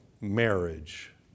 marriage